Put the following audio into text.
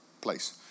place